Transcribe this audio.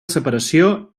separació